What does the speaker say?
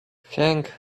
hang